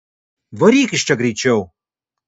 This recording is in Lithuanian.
varyk iš čia greičiau